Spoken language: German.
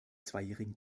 zweijährigen